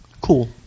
Cool